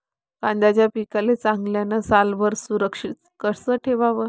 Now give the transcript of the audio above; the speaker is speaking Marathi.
कांद्याच्या पिकाले चांगल्यानं सालभर सुरक्षित कस ठेवाचं?